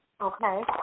Okay